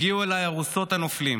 הגיעו אליי ארוסות הנופלים,